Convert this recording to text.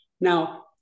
Now